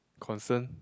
concern